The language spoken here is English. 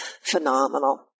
phenomenal